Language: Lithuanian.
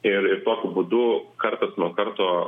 ir ir tokiu būdu kartas nuo karto